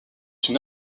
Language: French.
une